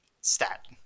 stat